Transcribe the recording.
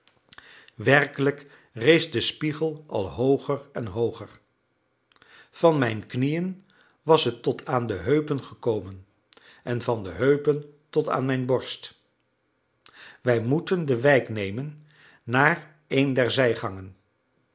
werkelijk rees de spiegel al hooger en hooger van mijn knieën was het tot aan de heupen gekomen en van de heupen tot aan mijn borst wij moeten de wijk nemen naar